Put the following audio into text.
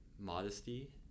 modesty